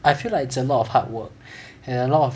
I feel like it's a lot of hard work and a lot of